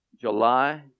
July